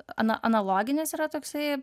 ana analoginis yra toksai